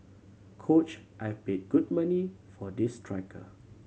coach I paid good money for this striker